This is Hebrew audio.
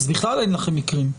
אז בכלל אין לכם מקרים,